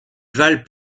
valent